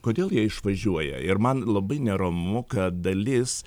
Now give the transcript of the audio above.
kodėl jie išvažiuoja ir man labai neramu kad dalis